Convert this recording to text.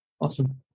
Awesome